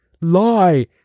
lie